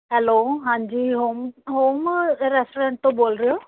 hello ਹਾਂਜੀ home home restaurant ਤੋਂ ਬੋਲ ਰਹੇ ਹੋ